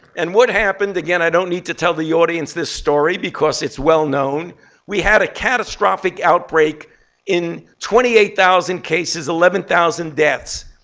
and what happened again, i don't need to tell the audience this story because it's well-known we had a catastrophic outbreak in twenty eight thousand cases, eleven thousand deaths,